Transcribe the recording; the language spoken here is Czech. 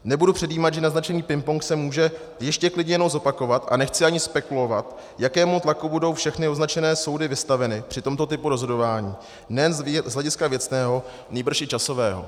Nebudu předjímat, že naznačený pingpong se může ještě klidně jednou zopakovat, a nechci ani spekulovat, jakému tlaku budou všechny označené soudy vystaveny při tomto typu rozhodování nejen z hlediska věcného, nýbrž i časového.